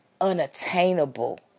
unattainable